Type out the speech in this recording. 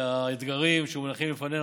כי האתגרים שמונחים בפנינו,